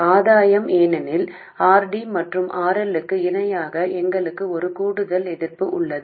ஆதாயம் ஏனெனில் R D மற்றும் RL க்கு இணையாக எங்களுக்கு ஒரு கூடுதல் எதிர்ப்பு உள்ளது